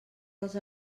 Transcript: dels